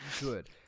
good